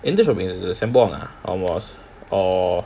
எந்த சபை அது:endha sabai adhu sembawang ah or ஆமா:aamaa